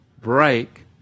break